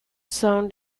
sound